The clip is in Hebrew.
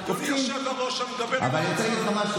עושים אופק חדש